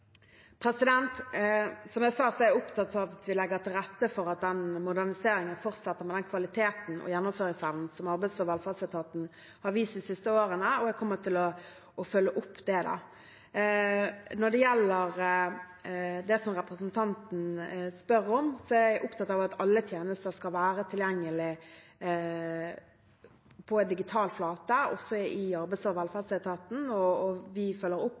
Som jeg sa, er jeg opptatt av at vi legger til rette for at moderniseringen fortsetter med den kvaliteten og gjennomføringsevnen som arbeids- og velferdsetaten har vist de siste årene. Jeg kommer til å følge opp det. Når det gjelder det som representanten spør om, er jeg opptatt av at alle tjenester skal være tilgjengelig på en digital flate også i arbeids- og velferdsetaten. Vi følger opp det arbeidet i regjeringen. Det er flott å høre statsråden og regjeringen snakke om at vi